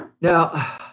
Now